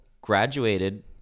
graduated